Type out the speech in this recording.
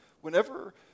Whenever